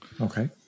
okay